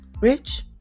rich